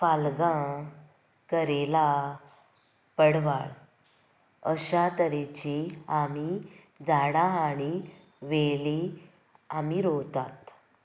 फालगां करेलां पडवाळ अश्या तरेचीं आमी झाडां आनी वेली आमी रोंयतात